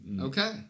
Okay